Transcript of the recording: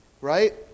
right